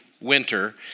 winter